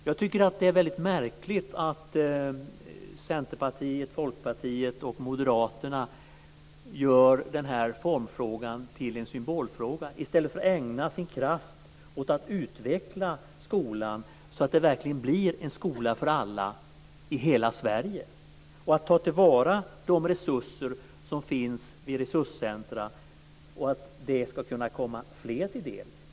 Jag tycker att det är väldigt märkligt att Centerpartiet, Folkpartiet och Moderaterna gör den här formfrågan till en symbolfråga i stället för att ägna sin kraft åt att utveckla skolan så att den verkligen blir en skola för alla i hela Sverige och att ta till vara de resurser som finns vid resurscentrum så att de kan komma fler till del.